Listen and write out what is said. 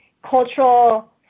cultural